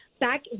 back